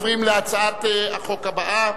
אדוני, נרשם שביקשתי לוועדת הכלכלה.